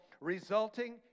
resulting